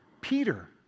Peter